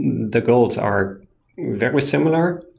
the goals are very similar,